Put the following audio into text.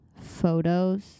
Photos